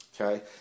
okay